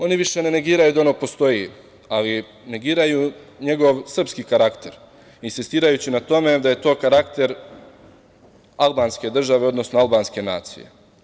Oni više ne negiraju da ono postoji, ali negiraju njegov srpski karakter, insistirajući na tome da je to karakter albanske države, odnosno albanske nacije.